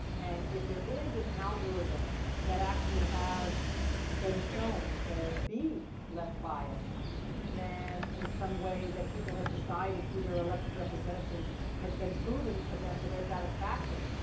and if there is an algorithm that actually has been shown to be less biased then in some way that people have decided through their elected representatives has been proven to them to their satisfaction,